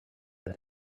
that